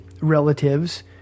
relative's